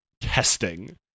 testing